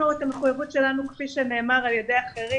אנחנו את המחויבות שלנו, כפי שנאמר על ידי אחרים,